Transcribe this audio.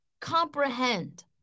comprehend